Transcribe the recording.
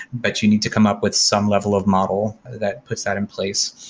but you need to come up with some level of model that puts that in place.